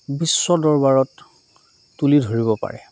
বিশ্ব দৰবাৰত তুলি ধৰিব পাৰে